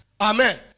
Amen